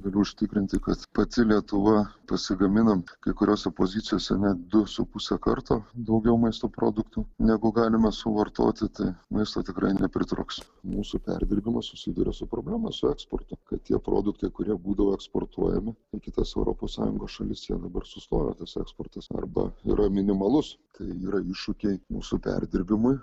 galiu užtikrinti kad pati lietuva pasigamina kai kuriose pozicijose net du su puse karto daugiau maisto produktų negu galima suvartoti tai maisto tikrai nepritrūks mūsų perdirbimas susiduria su problema su eksportu kad tie produktai kurie būdavo eksportuojami į kitas europos sąjungos šalis jie dabar sustojo tas eksportas arba yra minimalus tai yra iššūkiai mūsų perdirbimui